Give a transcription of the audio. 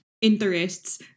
interests